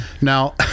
Now